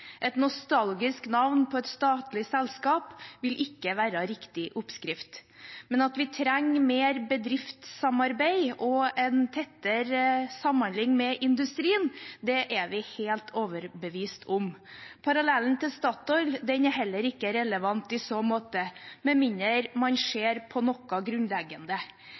Et nostalgisk navn på et statlig selskap vil ikke være riktig oppskrift. Men at vi trenger mer bedriftssamarbeid og en tettere samhandling med industrien, det er vi helt overbevist om. Parallellen til Statoil er heller ikke relevant i så måte, med mindre man ser på noe grunnleggende.